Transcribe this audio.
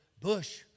Bush